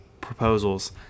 proposals